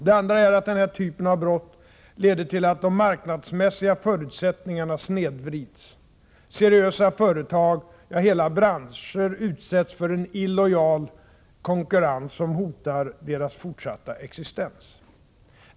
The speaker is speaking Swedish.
Det andra är att den här typen av brott leder till att de marknadsmässiga förutsättningarna snedvrids. Seriösa företag — ja, hela branscher — utsätts för en illojal konkurrens som hotar deras fortsatta existens.